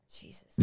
Jesus